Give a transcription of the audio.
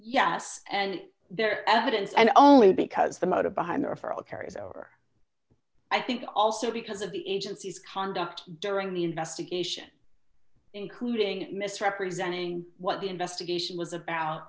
yes and their evidence and only because the motive behind there for all carries over i think also because of the agency's conduct during the investigation including misrepresenting what the investigation was about